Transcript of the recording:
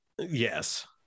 Yes